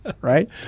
Right